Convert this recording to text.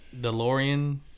DeLorean